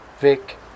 Vic